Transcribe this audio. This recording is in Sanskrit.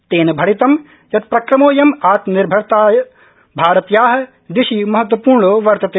तेन भणितं यत् प्रक्रमोऽयंम् आत्मनिर्भरर्ताया दिशि महत्वपूर्णो वर्तते